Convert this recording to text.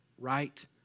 right